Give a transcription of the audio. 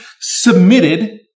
submitted